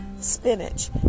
Spinach